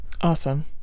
Awesome